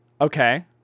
Okay